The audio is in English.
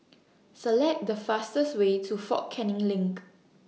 Select The fastest Way to Fort Canning LINK